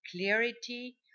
clarity